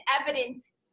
evidence